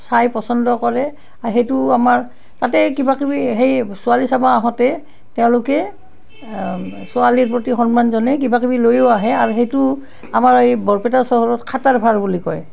চাই পচন্দ কৰে আৰু সেইটো আমাৰ তাতে কিবা কিবি সেই ছোৱালী চাবা আহোঁতে তেওঁলোকে ছোৱালীৰ প্ৰতি সন্মান জনাই কিবা কিবি লৈও আহে আৰু সেইটো আমাৰ এই বৰপেটা চহৰত খাতাৰ ভাৰ বুলি কয়